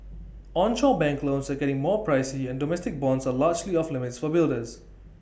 onshore bank loans are getting more pricey and domestic bonds are largely off limits for builders